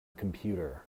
computer